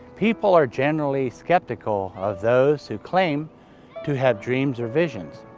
people are generally skeptical of those who claim to have dreams or visions,